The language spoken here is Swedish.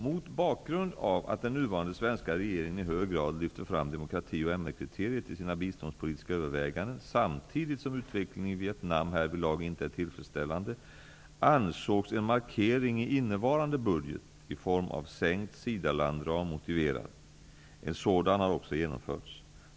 Mot bakgrund av att den nuvarande svenska regeringen i hög grad lyfter fram demokrati och MR-kriteriet i sina biståndspolitiska överväganden samtidigt som utvecklingen i Vietnam härvidlag inte är tillfredsställande, ansågs en markering i innevarande budget i form av sänkt SIDA-landram motiverad. En sådan har också genomförts.